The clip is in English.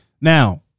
Now-